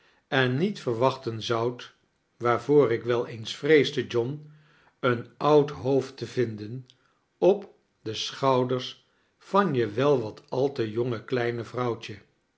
en niet verwaohten zoudt waarvoor ik wel eens vreesde john een oud hoofd te vtinden op de schouders van je wel wat al te jonge kleine vrouwtje